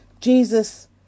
Jesus